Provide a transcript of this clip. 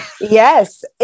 Yes